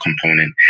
component